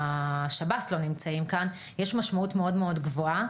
והשב"ס לא נמצאים כאן יש משמעות מאוד גבוהה,